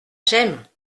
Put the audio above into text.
j’aime